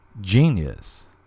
genius